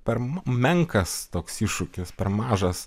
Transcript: per menkas toks iššūkis per mažas